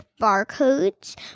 barcodes